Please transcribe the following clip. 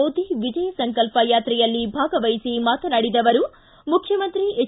ಮೋದಿ ವಿಜಯ ಸಂಕಲ್ಪ ಯಾತ್ರೆಯಲ್ಲಿ ಭಾಗವಹಿಸಿ ಮಾತನಾಡಿದ ಅವರು ಮುಖ್ಣಮಂತ್ರಿ ಎಚ್